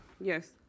yes